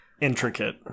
Intricate